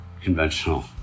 conventional